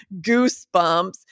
goosebumps